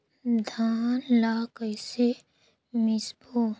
धान ला कइसे मिसबो?